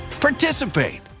participate